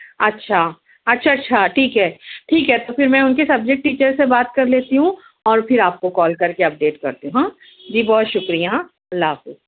اچھا اچھا اچھا ٹھیک ہے ٹھیک ہے تو پھر میں اُن کے سبجکٹ ٹیچرس سے بات کر لیتی ہوں اور پھر آپ کو کال کر کے اپڈیٹ کرتی ہوں ہاں جی بہت شُکریہ ہاں اللہ حافظ